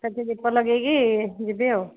ସେଠି ଦୀପ ଲଗାଇକି ଯିବି ଆଉ